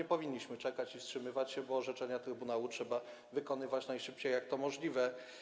Nie powinniśmy czekać i wstrzymywać się, bo orzeczenia trybunału trzeba wykonywać najszybciej, jak to jest możliwe.